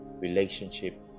relationship